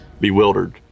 bewildered